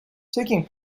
taking